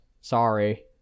Sorry